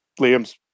Liam's